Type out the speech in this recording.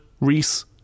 Reese